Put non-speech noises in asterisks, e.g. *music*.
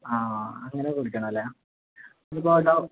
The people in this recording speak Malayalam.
ആ അങ്ങനെ കുടിക്കണം അല്ലെ ഇനിയിപ്പം *unintelligible*